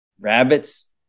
rabbits